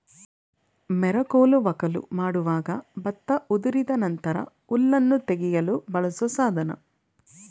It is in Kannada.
ಮೆರಕೋಲು ವಕ್ಕಲು ಮಾಡುವಾಗ ಭತ್ತ ಉದುರಿದ ನಂತರ ಹುಲ್ಲನ್ನು ತೆಗೆಯಲು ಬಳಸೋ ಸಾಧನ